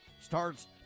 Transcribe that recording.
starts